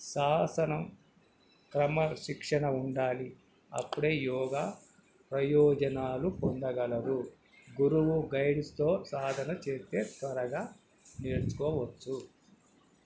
శాసనం క్రమ శిక్షణ ఉండాలి అప్పుడే యోగ ప్రయోజనాలు పొందగలరు గురువు గైడ్స్తో సాధన చేస్తే త్వరగా నేర్చుకోవచ్చు